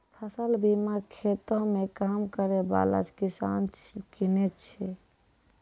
फसल बीमा खेतो मे काम करै बाला किसान किनै छै